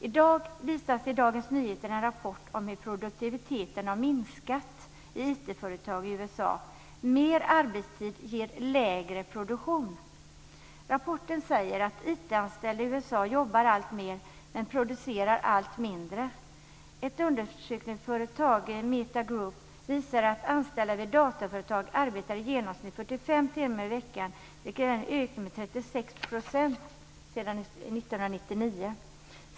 I dag visas i Dagens Nyheter en rapport om hur produktiviteten har minskat i IT-företag i USA. Mer arbetstid ger lägre produktion. Rapporten säger att IT-anställda i USA jobbar alltmer men producerar allt mindre. Ett undersökningsföretag, Meta Group, visar att anställda vid dataföretag arbetar i genomsnitt 45 timmar i veckan, vilket är en ökning med 36 % sedan 1999.